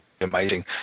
amazing